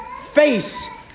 face